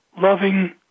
loving